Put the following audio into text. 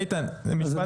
איתן, משפט לסיום.